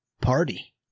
party